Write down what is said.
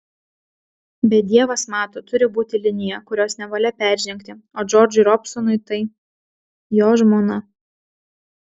bet dievas mato turi būti linija kurios nevalia peržengti o džordžui robsonui tai jo žmona